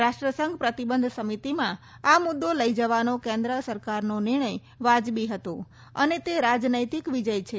રાષ્ટ્રસંઘ પ્રતિબંધ સમિતિમાં આ મુદ્દો લઈ જવાનો કેન્દ્ર સરકારનો નિર્ણય વાજબી હતો અને તે રાજનૈતિક વિજય છે